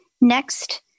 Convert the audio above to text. Next